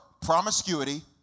promiscuity